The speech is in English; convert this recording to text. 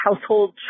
household